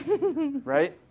right